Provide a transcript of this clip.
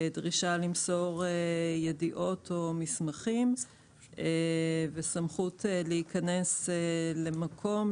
דרישה למסור ידיעות או מסמכים וסמכות להיכנס למקום,